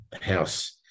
house